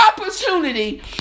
opportunity